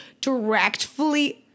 directly